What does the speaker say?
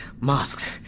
Masks